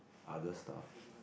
other stuff